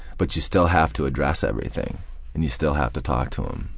but you still have to address everything and you still have to talk to them.